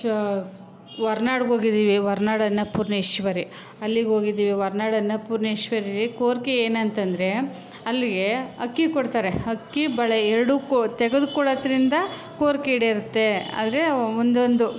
ಶ್ ಹೊರನಾಡ್ಗೆ ಹೋಗಿದ್ದೀವಿ ಹೊರನಾಡು ಅನ್ನಪೂರ್ಣೇಶ್ವರಿ ಅಲ್ಲಿಗೆ ಹೋಗಿದ್ದೀವಿ ಹೊರನಾಡು ಅನ್ನಪೂರ್ಣೇಶ್ವರಿ ಕೋರಿಕೆ ಏನಂತ ಅಂದ್ರೆ ಅಲ್ಲಿಗೆ ಅಕ್ಕಿ ಕೊಡ್ತಾರೆ ಅಕ್ಕಿ ಬಳೆ ಎರಡು ಕ್ ತೆಗ್ದು ಕೊಡೋದ್ರಿಂದ ಕೋರಿಕೆ ಈಡೇರುತ್ತೆ ಆದರೆ ಒಂದೊಂದು